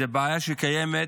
זו בעיה שקיימת